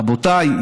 רבותיי,